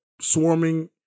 swarming